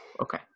Okay